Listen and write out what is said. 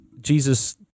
Jesus